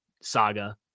saga